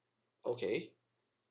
okay